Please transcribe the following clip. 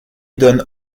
don